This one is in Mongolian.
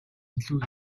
илүү